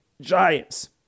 Giants